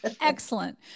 Excellent